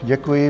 Děkuji.